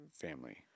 Family